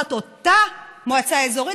תחת אותה מועצה אזורית,